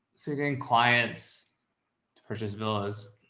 so you're getting clients to purchase villas.